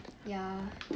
ya